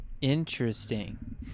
Interesting